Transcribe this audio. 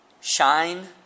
shine